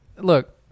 look